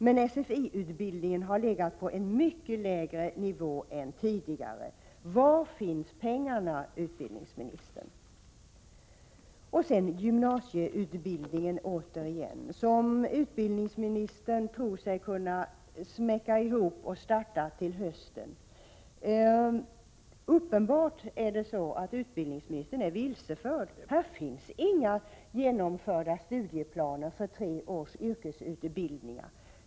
Men SFl-utbildningen har legat på en mycket lägre nivå än tidigare. Var finns pengarna, utbildningsministern? Sedan till gymnasieutbildningen, som utbildningsministern tror sig kunna smäcka ihop och starta till hösten... Uppenbart är utbildningsministern vilsförd. Här finns inga genomförda studieplaner för tre års yrkesutbildningar.